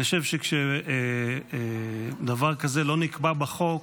אני חושב שכשדבר כזה לא נקבע בחוק,